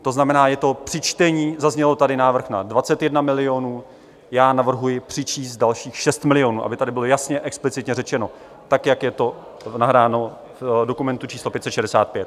To znamená, je to... při čtení zazněl tady návrh na 21 milionů, já navrhuji přičíst dalších 6 milionů, aby tady bylo jasně explicitně řečeno tak, jak je to nahráno v dokumentu číslo 565.